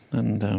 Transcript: and